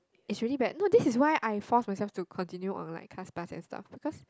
is really bad no this is why I force myself to continue on like class pass and stuff because